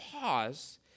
pause